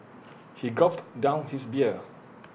he gulped down his beer